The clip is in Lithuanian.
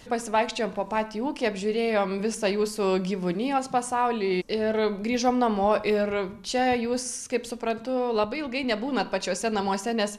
pasivaikščiojom po patį ūkį apžiūrėjom visą jūsų gyvūnijos pasaulį ir grįžom namo ir čia jūs kaip suprantu labai ilgai nebūnat pačiuose namuose nes